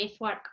work